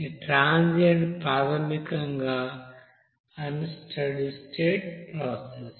ఈ ట్రాన్సియెంట్ ప్రాథమికంగా unsteady state process